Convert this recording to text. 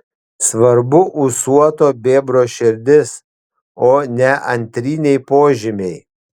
svarbu ūsuoto bebro širdis o ne antriniai požymiai